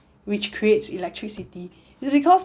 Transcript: which creates electricity it's because